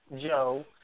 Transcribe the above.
Joe